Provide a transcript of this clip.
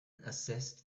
assessed